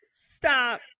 stop